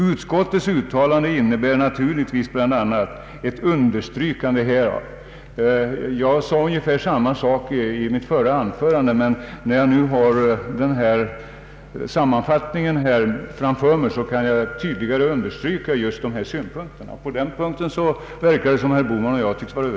Utskottets uttalande innebär naturligtvis bl.a. ett understrykande härav.